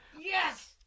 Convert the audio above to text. Yes